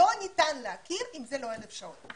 לא ניתן להכיר אם זה לא 1,000 שעות.